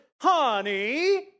Honey